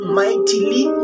mightily